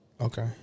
Okay